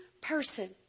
person